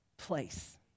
place